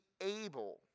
able